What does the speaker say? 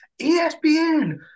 ESPN –